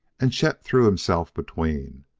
and chet threw himself between.